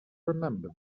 remember